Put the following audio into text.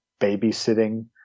babysitting